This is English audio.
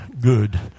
good